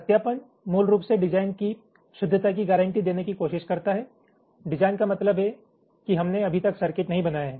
सत्यापन मूल रूप से डिजाइन की शुद्धता की गारंटी देने की कोशिश करता है डिजाइन का मतलब है कि हमने अभी तक सर्किट नहीं बनाया है